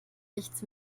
nichts